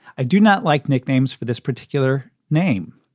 i do not like nicknames for this particular name,